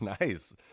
Nice